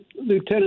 Lieutenant